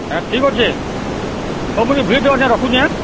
ହଁ ଠିକ୍ ଅଛେ ହଉ ମୁଇଁ ଭିଡ଼୍ରେ ଅଛେଁ ରଖୁଛେଁ ହାଏଁ